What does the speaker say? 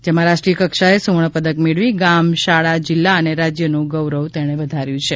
જેમાં રાષ્ટ્રીય કક્ષાએ સુવર્ણ પદક મેળવી ગામ શાળા જિલ્લા અને રાજ્યનું ગૌરવ વધાર્યું છે